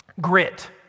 grit